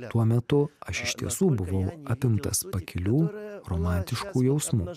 tuo metu aš iš tiesų buvau apimtas pakilių romantiškų jausmų